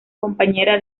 compañera